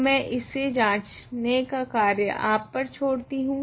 तो मैं इसे जाँचने का कार्य आप पर छोड़ती हूँ